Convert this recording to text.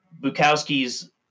bukowski's